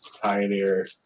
Pioneer